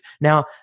Now